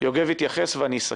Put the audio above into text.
יוגב יתייחס ואני אסכם.